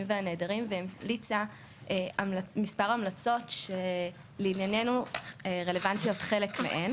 והנעדרים והמליצה מספר המלצות שלענייננו רלוונטיות חלק מהן: